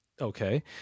okay